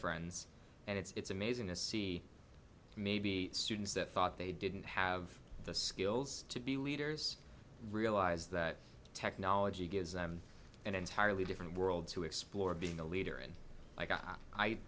friends and it's amazing to see maybe students that thought they didn't have the skills to be leaders realize that technology gives them an entirely different world to explore being a leader and